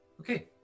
Okay